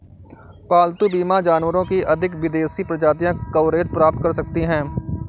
पालतू बीमा जानवरों की अधिक विदेशी प्रजातियां कवरेज प्राप्त कर सकती हैं